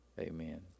amen